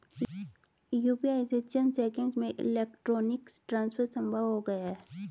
UPI से चंद seconds में इलेक्ट्रॉनिक ट्रांसफर संभव हो गया है